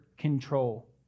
control